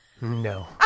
no